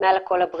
מעל הכול.